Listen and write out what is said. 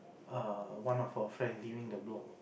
err one of our friend giving the block